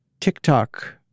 TikTok